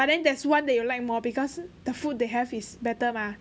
but then there's one that you like more because the food they have is better mah